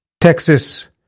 Texas